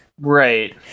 right